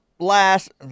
Last –